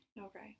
Okay